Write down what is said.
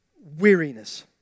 weariness